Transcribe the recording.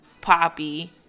poppy